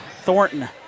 Thornton